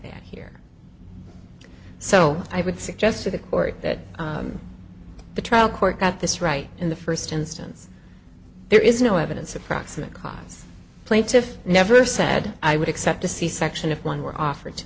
that here so i would suggest to the court that the trial court got this right in the first instance there is no evidence of proximate cause plaintive never said i would accept a c section if one were offered to